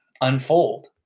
unfold